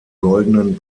goldenen